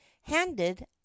handed